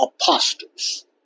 apostles